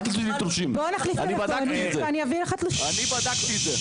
אל תוציאי לי תלושים, אני בדקתי את זה.